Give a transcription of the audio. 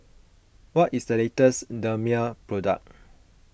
what is the latest Dermale product